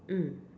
mm